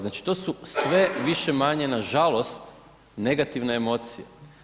Znači to su sve više-manje na žalost negativne emocije.